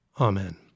Amen